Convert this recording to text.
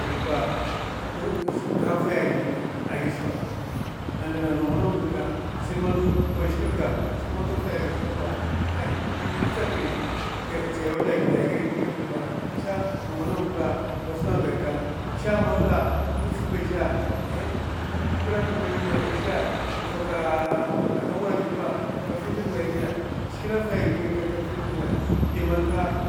A gidba kafaya agid ginè agi skwa bi, ndina nawa nawa bèka sai man wa zhiglè ga skwi, man ka faya a gid sèda kwa hay yè tsak riy, chaya auda gid aka gèd di man kasuna akagadka ndawa ndawa bèka chaman, siy zi bè azhè mbèla kabi azhè n'faka dongwa agid ba zhigilè afaya gid, ka ndzy ngaya. di man